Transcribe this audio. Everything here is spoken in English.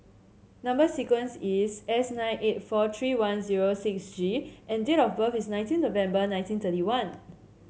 number sequence is S nine eight four three one zero six G and date of birth is nineteen November nineteen thirty one